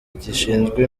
gishinzwe